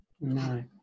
No